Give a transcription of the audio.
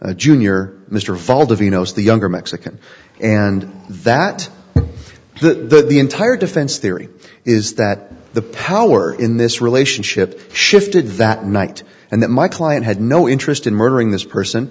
the younger mexican and that the entire defense theory is that the power in this relationship shifted that night and that my client had no interest in murdering this person